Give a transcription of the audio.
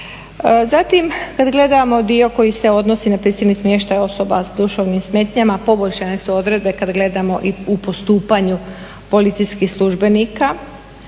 Zatim kada gledamo dio koji se odnosi na prisilni smještaj osoba s duševnim smetnjama poboljšane su odredbe kada gledamo i u postupanju policijskih službenika.